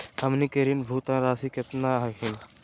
हमनी के ऋण भुगतान रासी केतना हखिन?